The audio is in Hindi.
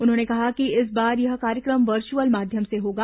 उन्होंने कहा कि इस बार यह कार्यक्रम वर्चुअल माध्यम से होगा